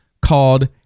called